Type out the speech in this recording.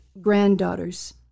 granddaughters